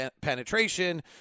penetration